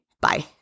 Bye